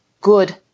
good